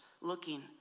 looking